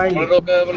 um little bit